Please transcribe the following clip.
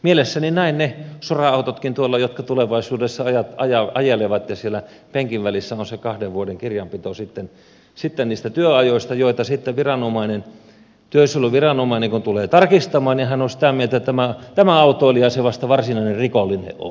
mielessäni näen ne sora autotkin tuolla jotka tulevaisuudessa ajelevat ja siellä penkinvälissä on se kahden vuoden kirjanpito niistä työajoista joita sitten työsuojeluviranomainen tulee tarkistamaan ja hän on sitä mieltä että tämä autoilija se vasta varsinainen rikollinen on